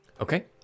Okay